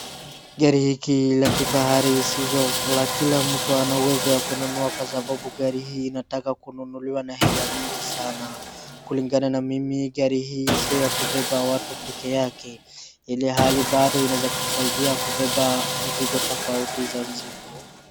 Gari hiki la kifahari sizo la kilamtu ana uwezo wa kununua kwa sababu gari hii inataka kununuliwa na hela mingi sana . Kulingana na mimi gari hii si ya kubeba watu pekee yake, ilhali bado inawea kusaidia kubeba mzigo tofauti za mzito.